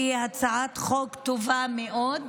שהיא הצעת חוק טובה מאוד.